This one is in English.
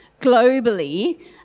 globally